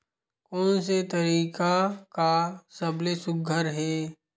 कोन से तरीका का सबले सुघ्घर हे?